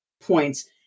points